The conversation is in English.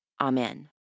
Amen